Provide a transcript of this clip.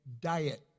diet